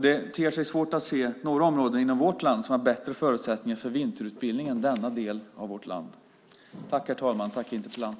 Det ter sig svårt att se några områden i vårt land som har bättre förutsättningar för vinterutbildning än denna del av vårt land.